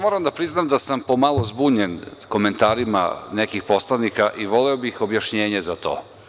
Moram da priznam da sam pomalo zbunjen komentarima nekih poslanika i voleo bih objašnjenje za to.